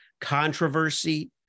controversy